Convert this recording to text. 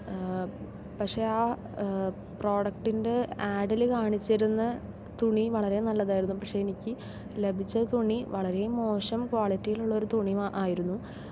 പക്ഷെ ആ പ്രൊഡക്ടിന്റെ ആഡിൽ കാണിച്ചിരുന്ന തുണി വളരെ നല്ലതാരുന്നു പക്ഷെ എനിക്ക് ലഭിച്ച തുണി വളരെ മോശം ക്വാളിറ്റിയിൽ ഉള്ള ഒരു തുണി ആയിരുന്നു